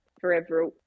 forever